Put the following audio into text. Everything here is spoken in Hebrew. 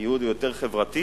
הייעוד הוא יותר חברתי,